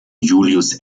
julius